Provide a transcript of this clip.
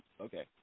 Okay